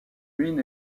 ruine